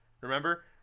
Remember